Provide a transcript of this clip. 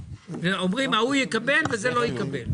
אומרים ההוא יקבל וזה לא יקבל.